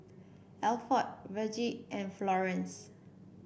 Alford Vergie and Florence